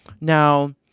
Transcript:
Now